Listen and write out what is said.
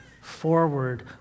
forward